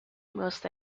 most